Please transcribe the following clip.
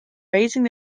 raising